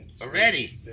Already